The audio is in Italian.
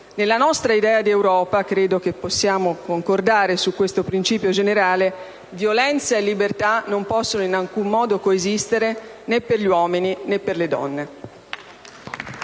Nella nostra idea di Europa - credo che possiamo concordare su questo principio generale - violenza e libertà non possono in alcun modo coesistere, né per gli uomini né per le donne.